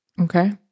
Okay